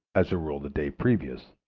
as a rule, the day previous,